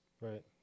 Right